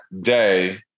day